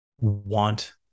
want